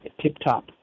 tip-top